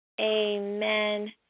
Amen